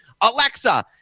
Alexa